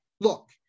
look